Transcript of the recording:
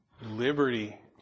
Liberty